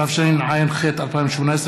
התשע"ח 2018,